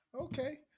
Okay